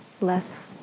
less